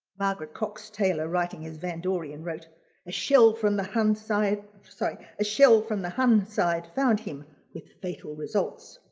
margaret cox taylor writing as van dorian wrote a shell from the hun's side sorry, a shell from the hun side found him with fatal results.